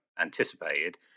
anticipated